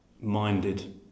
minded